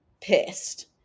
pissed